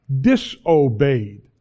disobeyed